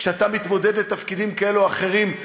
כשאתה מתמודד לתפקידים כאלו או אחרים,